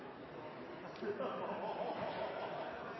jeg